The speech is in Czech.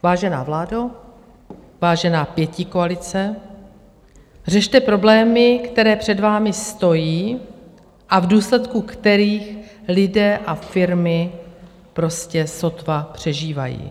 Vážená vládo, vážená pětikoalice, řešte problémy, které před vámi stojí a v důsledku kterých lidé a firmy prostě sotva přežívají.